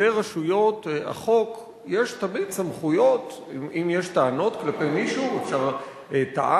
בידי רשויות החוק יש תמיד סמכויות אם יש טענות כלפי מישהו אשר טען,